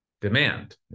demand